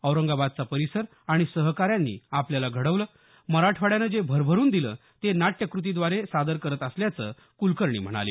औरंगाबादचा परिसर आणि सहकाऱ्यांनी आपल्याला घडवलं मराठवाड्यानं जे भरभरुन दिलं ते नाट्यकृतीद्वारे सादर करत असल्याचं कुलकर्णी म्हणाले